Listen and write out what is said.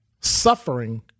suffering